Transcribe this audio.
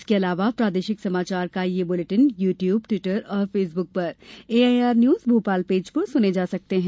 इसके अलावा प्रादेशिक समाचार बुलेटिन यू ट्यूब ट्विटर और फेसबुक पर एआईआर न्यूज भोपाल पेज पर सुने जा सकते हैं